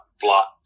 block